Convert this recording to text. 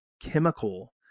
chemical